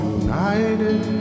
united